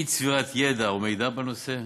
אי-צבירת ידע ומידע בנושא,